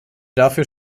dafür